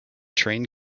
train